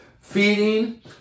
feeding